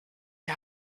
die